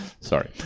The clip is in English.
Sorry